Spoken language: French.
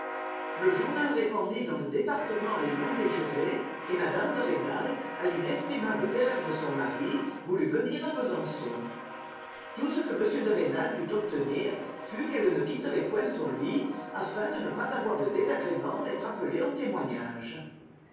le journal répandit dans le département les noms des jurés et mme de rênal à l'inexprimable terreur de son mari voulut venir à besançon tout ce que m de rênal put obtenir fut qu'elle ne quitterait point son lit afin de ne pas avoir le désagrément d'être appelée en témoignage